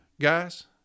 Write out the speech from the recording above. guys